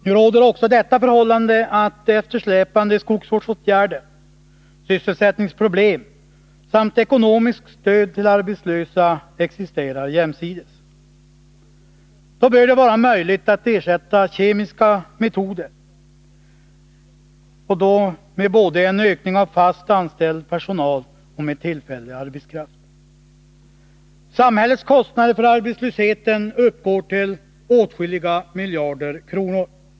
Nu råder också det förhållandet, att en eftersläpning i skogsvårdsåtgärderna, sysselsättningsproblem samt ekonomiskt stöd till arbetslösa förekommer sida vid sida. Det bör vara möjligt att ersätta kemiska metoder både med en ökning av den fast anställda personalen och med tillfällig arbetskraft. Samhällets kostnader för arbetslösheten uppgår till åtskilliga miljarder kronor.